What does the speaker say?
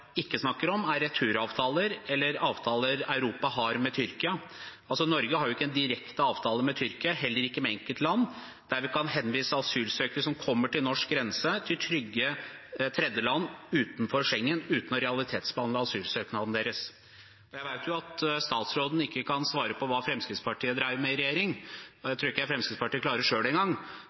ikke snakker om, er returavtaler eller avtaler Europa har med Tyrkia. Norge har jo ikke en direkte avtale med Tyrkia, og heller ikke med enkeltland, der man kan henvise asylsøkere som kommer til norsk grense, til trygge tredjeland utenfor Schengen uten å realitetsbehandle asylsøknaden deres. Jeg vet at statsråden ikke kan svare på hva Fremskrittspartiet drev med i regjering, det tror jeg ikke Fremskrittspartiet klarer